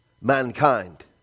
mankind